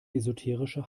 esoterische